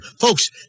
Folks